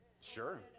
Sure